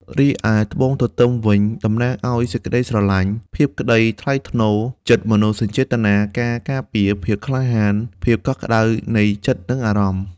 រីឯ ត្បូងទទឺមវិញ តំណាងឲ្យសេចក្ដីស្រឡាញ់ ភាពក្តីថ្លៃថ្នូរ ចិត្តមនោសញ្ចេតនា ការការពារ ភាពក្លាហាន ភាពកក់ក្ដៅនៃចិត្តនិងអារម្មណ៍។